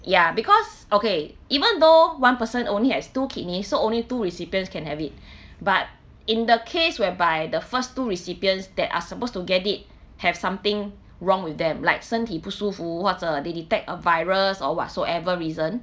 ya because okay even though one person only has two kidneys so only two recipients can have it but in the case whereby the first two recipients that are supposed to get it have something wrong with them like 身体不舒服或者 they detect a virus or whatsoever reason